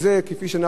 כפי שאנחנו יודעים,